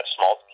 small